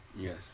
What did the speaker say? Yes